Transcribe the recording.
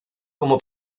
como